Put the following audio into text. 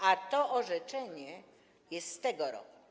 A to orzeczenie jest z tego roku.